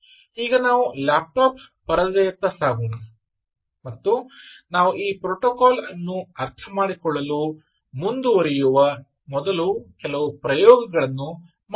ಈಗ ನಾವು ಲ್ಯಾಪ್ಟಾಪ್ ಪರದೆಯತ್ತ ಸಾಗೋಣ ಮತ್ತು ನಾವು ಈ ಪ್ರೋಟೋಕಾಲ್ ಅನ್ನು ಅರ್ಥಮಾಡಿಕೊಳ್ಳಲು ಮುಂದುವರಿಯುವ ಮೊದಲು ಕೆಲವು ಪ್ರಯೋಗಗಳನ್ನು ಮಾಡೋಣ